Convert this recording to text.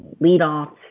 leadoff